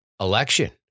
election